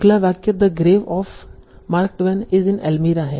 अगला वाक्य the grave of Mark Twain is in Elmira है